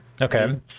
Okay